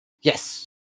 Yes